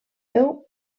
veu